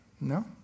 No